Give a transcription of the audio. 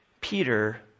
Peter